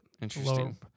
interesting